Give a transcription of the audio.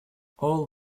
all